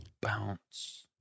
Bounce